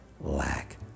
lack